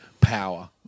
power